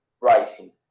rising